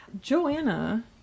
Joanna